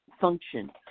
function